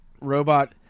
robot